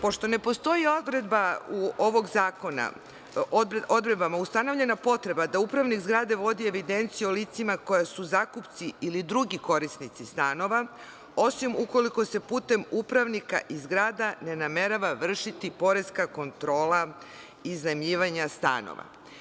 Pošto ne postoji odredbama ovog zakona ustanovljena potreba da upravnik zgrade vodi evidenciju o licima koja su zakupci ili drugi korisnici stanova, osim ukoliko se putem upravnika i zgrada ne namerava vršiti poreska kontrola iznajmljivanja stanova.